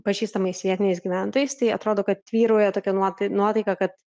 pažįstamais vietiniais gyventojais tai atrodo kad vyrauja tokia nuota nuotaika kad